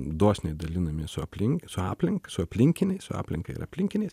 dosniai dalinamės su aplink su aplinka su aplinkiniais su aplinka ir aplinkiniais